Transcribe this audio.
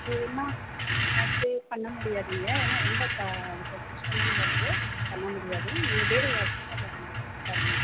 அது என்ன அது பண்ண முடியாதுங்க ஏன்னா ரொம்ப கா ஒரு கஷ்டமான ஒர்க்கு பண்ண முடியாது நீங்கள் வேற யாருக்கிட்டயா அதை வந்து கேட்டுப்பாருங்க